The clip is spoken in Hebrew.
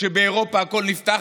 כשבאירופה הכול נפתח,